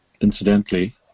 incidentally